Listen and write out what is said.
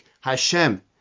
Hashem